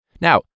Now